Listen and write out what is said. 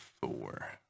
four